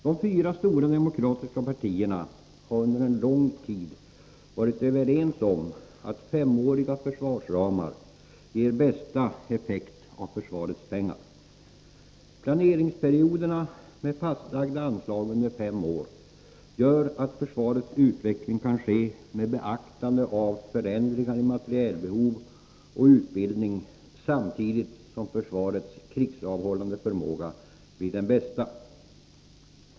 De fyra stora demokratiska partierna har under lång tid varit överens om att femåriga försvarsramar ger bästa effekt av försvarets pengar. Planeringsperioderna med fastlagda anslag under fem år gör att försvarets utveckling kan ske med beaktande av förändringar i materielbehov och utbildning samtidigt som försvarets krigsavhållande förmåga blir den bästa.